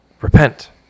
Repent